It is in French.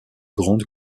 grande